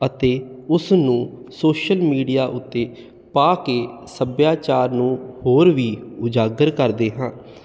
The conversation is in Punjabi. ਅਤੇ ਉਸ ਨੂੰ ਸ਼ੋਸ਼ਲ ਮੀਡੀਆ ਉੱਤੇ ਪਾ ਕੇ ਸੱਭਿਆਚਾਰ ਨੂੰ ਹੋਰ ਵੀ ਉਜਾਗਰ ਕਰਦੇ ਹਾਂ